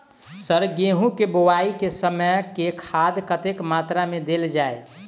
Sir गेंहूँ केँ बोवाई केँ समय केँ खाद कतेक मात्रा मे देल जाएँ?